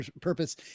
purpose